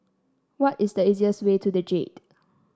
what is the easiest way to the Jade